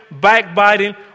backbiting